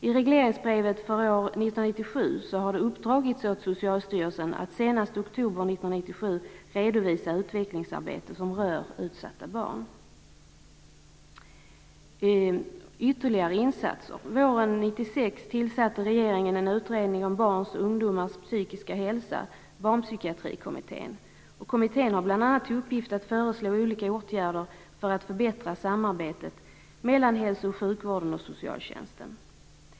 I regleringsbrevet för år 1997 har uppdragits åt Socialstyrelsen att senast i oktober 1997 redovisa utvecklingsarbete som rör utsatta barn. Ytterligare insatser har gjorts. Våren 1996 tillsatte regeringen en utredning om barns och ungdomars psykiska hälsa - Barnpsykiatrikommmittén. Kommittén har bl.a. till uppgift att föreslå olika åtgärder för att förbättra samarbetet mellan hälso och sjukvården och socialtjänsten.